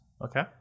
Okay